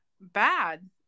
bad